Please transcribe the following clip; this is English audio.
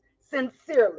sincerely